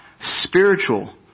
spiritual